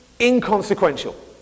inconsequential